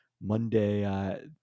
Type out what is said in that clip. Monday